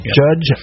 judge